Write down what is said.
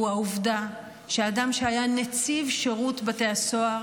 הוא העובדה שאדם שהיה נציב שירות בתי הסוהר